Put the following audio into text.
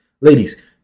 Ladies